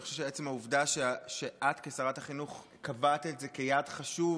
אני חושב שעצם העובדה שאת כשרת החינוך קבעת את זה כיעד חשוב